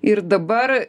ir dabar